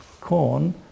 corn